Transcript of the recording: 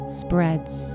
spreads